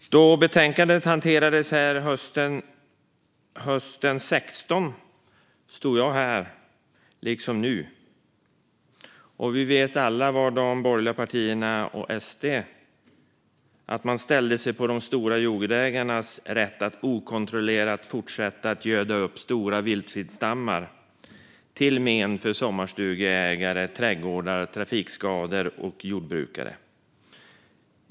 När detta betänkande behandlades här hösten 2016 stod jag här liksom nu. Och vi vet alla att de borgerliga partierna och SD ställde sig bakom de stora jordägarnas rätt att okontrollerat fortsätta att göda upp stora vildsvinsstammar till men för sommarstugeägares och villaägares trädgårdar och till men för trafikskador och jordbrukare.